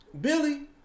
Billy